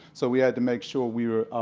so we had to make sure we are